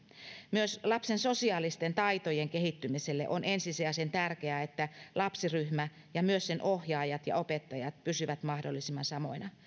myös lapsen sosiaalisten taitojen kehittymiselle on ensisijaisen tärkeää että lapsiryhmä ja myös sen ohjaajat ja opettajat pysyvät mahdollisimman samoina